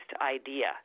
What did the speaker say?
idea